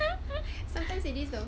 sometimes it is though